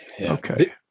okay